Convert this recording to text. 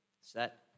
set